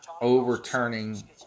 overturning